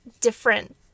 different